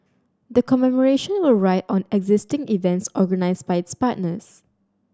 the commemoration will ride on existing events organised by its partners